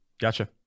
Gotcha